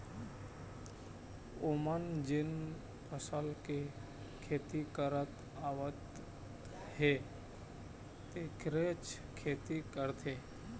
ओमन जेन फसल के खेती करत आवत हे तेखरेच खेती करथे